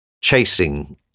chasing